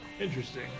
Interesting